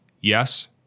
Yes